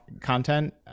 content